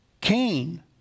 Cain